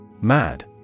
Mad